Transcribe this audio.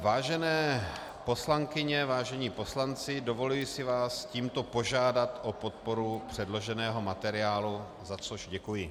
Vážené poslankyně, vážení poslanci, dovoluji si vás tímto požádat o podporu předloženého materiálu, za což děkuji.